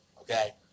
okay